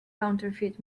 counterfeit